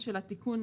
התקנה,